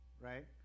right